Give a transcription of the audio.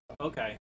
Okay